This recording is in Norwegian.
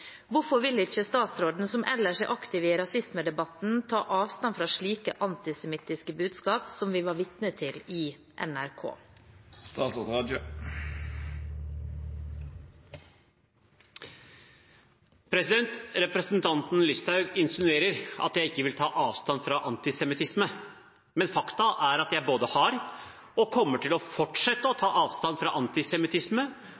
Hvorfor vil ikke statsråden, som ellers er aktiv i rasismedebatten, ta avstand fra slike antisemittistiske budskap som vi var vitne til i NRK?» Representanten Listhaug insinuerer at jeg ikke vil ta avstand fra antisemittisme. Men fakta er at jeg både har tatt og kommer til å fortsette å